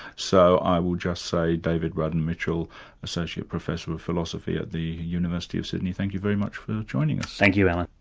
so i will just say david braddon-mitchell associate professor of philosophy at the university of sydney, thank you very much for joining us. thank you, alan.